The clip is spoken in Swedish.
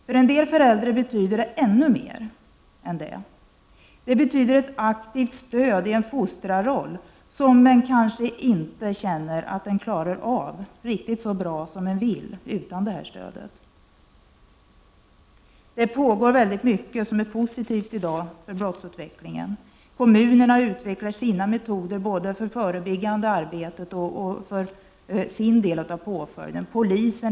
För en del föräldrar betyder det ännu mer än så. Det betyder ett aktivt stöd i en fostrarroll som man kanske känner att man inte klarar av riktigt så bra som man vill utan detta stöd. Det pågår i dag mycket som är positivt när det gäller brottsutvecklingen. Kommunerna har utvecklat metoder för att klara sin del av både det förebyggande arbetet och påföljderna för unga.